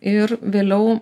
ir vėliau